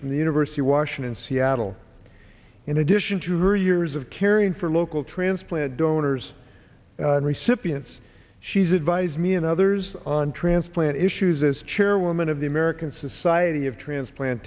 from the university of washington seattle in addition to her years of caring for local transplant donors and recipients she's advise me and others on transplant issues as chairwoman of the american society of transplant